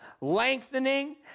lengthening